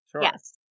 Yes